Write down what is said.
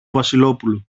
βασιλόπουλο